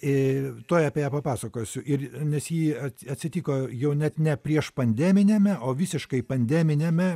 i tuoj apie ją papasakosiu ir nes ji at atsitiko jau net ne priešpandeminiame o visiškai pandeminiame